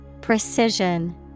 Precision